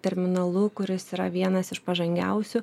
terminalu kuris yra vienas iš pažangiausių